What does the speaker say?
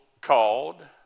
called